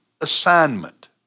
assignment